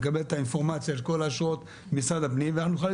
נקבל את האינפורמציה של כל אשרות משרד הפנים ואנחנו נוכל להתקדם.